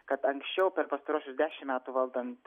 kad anksčiau per pastaruosius dešim metų valdant